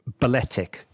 balletic